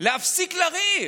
להפסיק לריב.